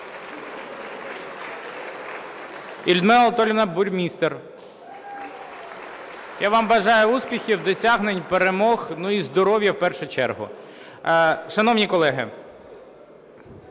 і Людмила Анатоліївна Буймістер. (Оплески) Я вам бажаю успіхів, досягнень, перемог і здоров'я в першу чергу. Шановні колеги,